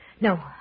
No